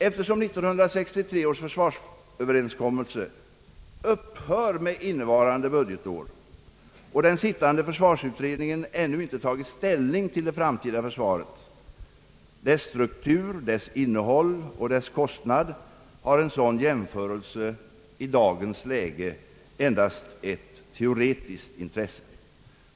Eftersom 1963 års försvarsöverenskommelse upphör med innevarande budgetår och den sittande försvarsutredningen ännu inte tagit ställning till det framtida försvaret, dess struktur, dess innehåll och dess kostnad, har en sådan jämförelse i dagens läge endast ett teoretiskt intresse.